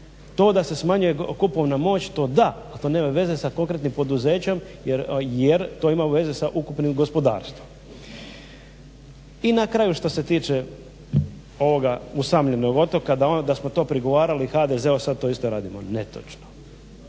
To da se smanjuje kupovna moć, to da. Ali to nema veze sa konkretnim poduzećem jer to ima veze sa ukupnim gospodarstvom. I na kraju što se tiče ovoga usamljenog otoka da smo to prigovarali HDZ-u, a sad to isto radimo. Netočno!